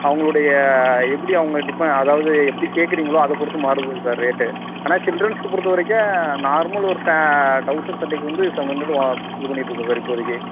அவங்களுடைய எப்படி அவங்க டிப்பன் அதாவது எப்படி கேட்குறீங்களோ அதைப் பொறுத்து மாறுதுங்க சார் ரேட்டு ஆனால் சில்ட்ரன்ஸுக்கு பொறுத்த வரைக்கும் நார்மல் ஒரு ஃபே டௌசர் சட்டைக்கி வந்து செவன் ஹண்ட்ரட் வா இதுப் பண்ணிட்டுருக்கோம் சார் இப்போதைக்கு